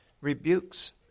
rebukes